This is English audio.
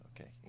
okay